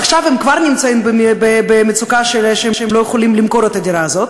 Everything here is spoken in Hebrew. עכשיו הם כבר נמצאים במצוקה שהם לא יכולים למכור את הדירה הזאת,